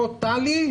ח"כ פלוסקוב,